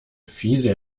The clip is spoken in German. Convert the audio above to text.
fiese